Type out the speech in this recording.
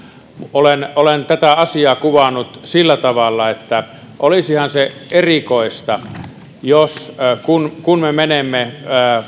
olen olen tätä asiaa kuvannut sillä tavalla että olisihan se erikoista jos me menemme